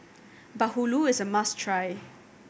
bahulu is a must try